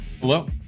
Hello